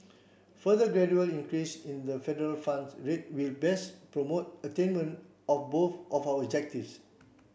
further gradually increase in the federal funds rate will best promote attainment of both of our objectives